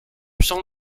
champ